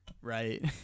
Right